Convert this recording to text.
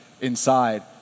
inside